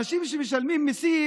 אנשים שמשלמים מיסים,